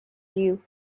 you